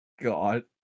God